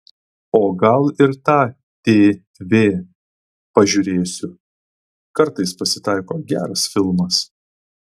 o gal ir tą tv pažiūrėsiu kartais pasitaiko geras filmas